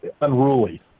unruly